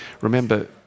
remember